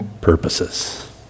purposes